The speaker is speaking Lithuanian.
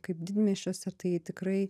kaip didmiesčiuose tai tikrai